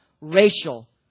racial